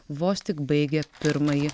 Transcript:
vos tik baigę pirmąjį